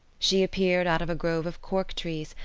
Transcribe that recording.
she appeared out of a grove of cork-trees,